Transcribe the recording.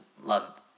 love